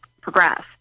progress